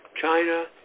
China